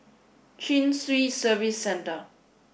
Chin Swee Service Centre